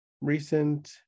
recent